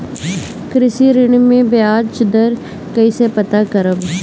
कृषि ऋण में बयाज दर कइसे पता करब?